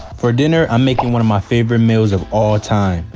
for dinner, i'm making one of my favorite meals of all time,